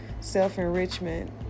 Self-enrichment